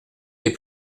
des